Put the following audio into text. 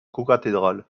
cocathédrale